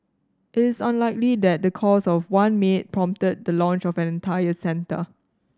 it is unlikely that the cause of one maid prompted that the launch of an entire centre